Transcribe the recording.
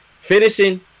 Finishing